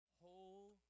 whole